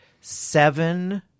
seven